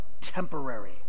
temporary